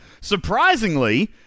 Surprisingly